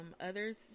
others